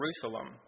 Jerusalem